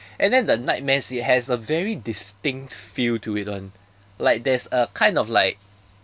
and then the nightmares it has a very distinct feel to it [one] like there's a kind of like